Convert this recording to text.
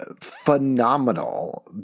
phenomenal